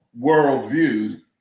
worldviews